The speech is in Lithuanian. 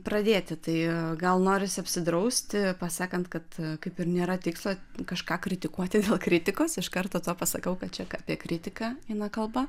pradėti tai gal norisi apsidrausti pasakant kad kaip ir nėra tikslo kažką kritikuoti dėl kritikos iš karto tą pasakau kad čia apie kritiką eina kalba